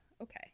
okay